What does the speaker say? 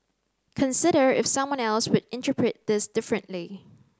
consider if someone else would interpret this differently